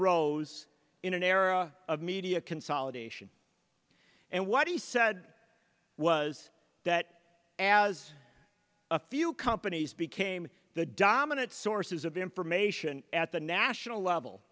rose in an era of media consolidation and what he said was that as a few companies became the dominant sources of information at the national level